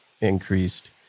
increased